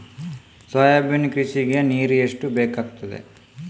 Soybean ಕೃಷಿಗೆ ನೀರು ಎಷ್ಟು ಬೇಕಾಗುತ್ತದೆ?